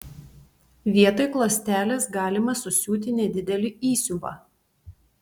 vietoj klostelės galima susiūti nedidelį įsiuvą